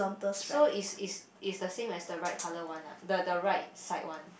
so is is is the same as the right colour one ah the the right side one